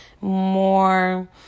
more